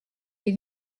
les